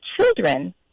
children